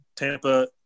Tampa